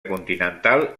continental